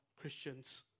Christians